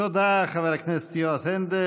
תודה, חבר הכנסת יועז הנדל.